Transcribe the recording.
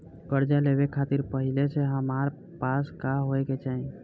कर्जा लेवे खातिर पहिले से हमरा पास का होए के चाही?